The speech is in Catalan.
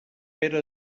pere